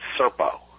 Serpo